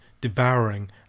devouring